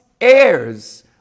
heirs